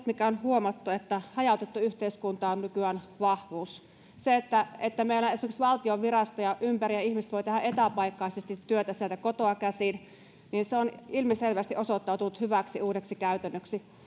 mikä on huomattu on se että hajautettu yhteiskunta on nykyään vahvuus se että että meillä on esimerkiksi valtion virastoja ympäri maan ja ihmiset voivat tehdä etäpaikkaisesti työtä kotoa käsin on ilmiselvästi osoittautunut hyväksi uudeksi käytännöksi